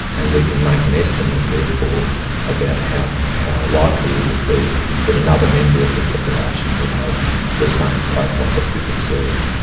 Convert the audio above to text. and we can make an estimate therefore about how how likely it would be that another member of the population would have the same profile that we've observed.